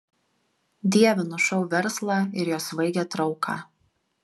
dievinu šou verslą ir jo svaigią trauką